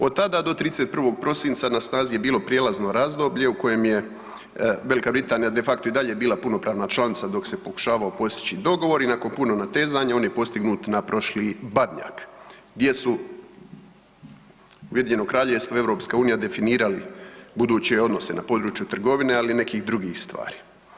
Od tada do 31. prosinca na snazi je bilo prijelazno razdoblje u kojem je Velika Britanija de facto i dalje bila punopravna članica dok se pokušavao postići dogovor i nakon puno natezanja on je postignut na prošli Badnjak gdje su Ujedinjeno Kraljevstvo i EU definirali buduće odnose na području trgovine, ali i nekih drugih stvari.